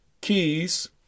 keys